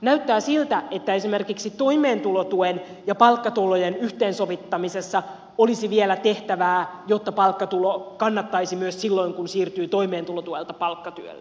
näyttää siltä että esimerkiksi toimeentulotuen ja palkkatulojen yhteensovittamisessa olisi vielä tehtävää jotta palkkatulo kannattaisi myös silloin kun siirtyy toimeentulotuelta palkkatyöhön